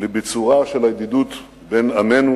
לביצורה של הידידות בין עמינו